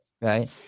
Right